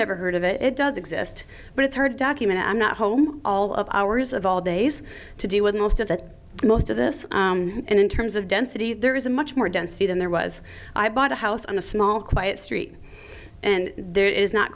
never heard of it it does exist but it's her document i'm not home all of ours of all days to do with most of that most of this in terms of density there is a much more density than there was i bought a house on a small quiet street and there is not